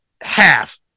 half